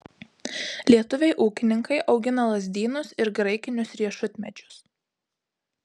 lietuviai ūkininkai augina lazdynus ir graikinius riešutmedžius